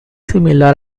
similar